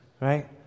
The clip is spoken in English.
Right